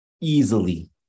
easily